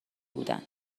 بودن